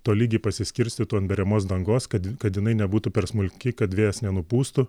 tolygiai pasiskirstytų ant beriamos dangos kad kad jinai nebūtų per smulki kad vėjas nenupūstų